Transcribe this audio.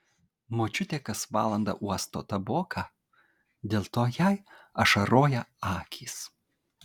močiutė kas valandą uosto taboką dėl to jai ašaroja akys